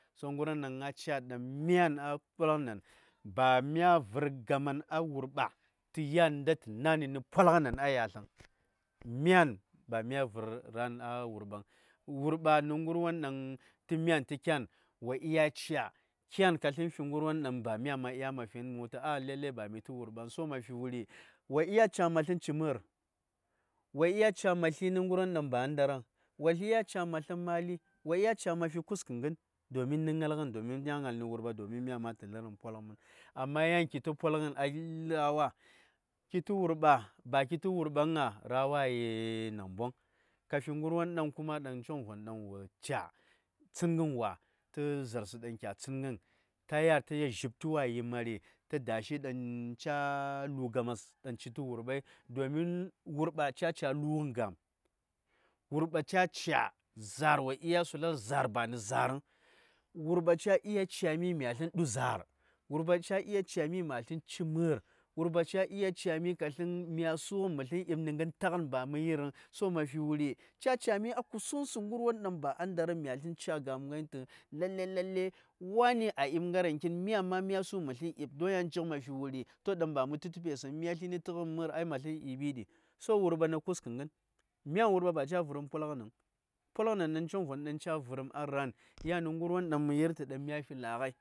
To ngərwon ɗaŋ a ca ɗaŋ myan a polgənan ba mya vər gaman a wurɓa tu ya:n nda tə na:nə polgənan a yatləŋ myan, ba mya vər gaman a wurɓang. Wurɓa nə ngərwo ɗaŋ tə myan tə kyan wo dya ca:, kyan ka slən fi ngərwon ɗaŋ ba myan ma ɗya ma fi vəŋ, mə wul tu ah, lalle ba mi tə wurɓaŋ, wo ɗya ca: ma slən ci mə̀:r; wo ɗya ca: ma sli nə gərwon ɗaŋ ba a ndaraŋ; wo ɗya ca: ma slən ma:li; wo ɗya ca: ma fi kuskə gən, domin nə ŋalgən, domin mya ŋal nə wurɓa; domin myan ma tə lə:rəm polgən mənɗi. Amma ya:n ki tə polgən a ra: wa; ki tə wurɓa? Ba ki tə wurɓaŋ ŋa? ra:wa yi namboŋ, ka fi gərwon ɗaŋ kuma ɗaŋ Coŋvon ɗaŋ wo ca: tsəngən wa, tə za:rsə ɗaŋ kya tsəngən, ka ya:l ka yel zhipti wa yi ma̱ri tə da̱shi ɗaŋ ca: lu: gamas, ɗaŋ ci tə wurbai, domin wurɓa ca: ca lughən gam; wurɓa ca: ca, za:r wo ɗya sular za:r ba nə za:r vəŋ. Wurɓa ca: ca̱:mi mya slən ɗu̱ za:r. Wurɓa ca ɗya ca: mi mya slən ci mə:r. Wurɓa ca ɗya ca:mi ka slən, mya su:ghən mə slən ɗi:b nə gən taghən ba mə yirəŋ, so ma fi wuri? Ca ca̱:mi a kusuŋsə gərwon ɗaŋ a ndaraŋ ɗaŋ my slən ca̱ gam ghai tu, lallai-lallai, wa:ni a di:b ngarankin, myan ma myasu mə slən di:b ko ya:n tu ma fiŋ wuri. To ɗaŋ ba mə tu cighəsəŋ, mya sli nə cighən mə:r ai ma slən ɗi:ɓi ɗi. So wurɓa nə kuskə gən. Myan wurɓa ba ca: vərəm polghən nəŋ. Polghənen nə Coŋvon ca vərəm a ra:n, ya:n nə gərwwon ɗaŋ mə yir tə ɗaŋ mya fi la:ghai,